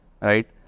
right